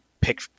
pick